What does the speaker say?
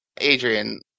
adrian